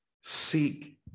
seek